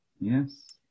Yes